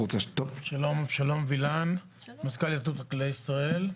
אבשלום וילן, מזכ"ל התאחדות חקלאי ישראל.